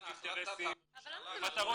--- אתה מייצג את --- לא להפריע לי בבקשה.